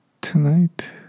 tonight